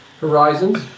Horizons